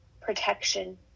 protection